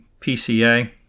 PCA